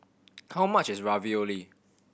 how much is Ravioli